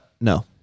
no